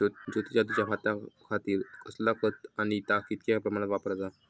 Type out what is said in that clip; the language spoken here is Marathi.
ज्योती जातीच्या भाताखातीर कसला खत आणि ता कितक्या प्रमाणात वापराचा?